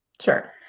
Sure